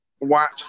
watch